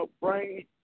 bring